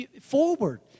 forward